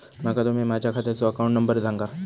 माका तुम्ही माझ्या खात्याचो अकाउंट नंबर सांगा?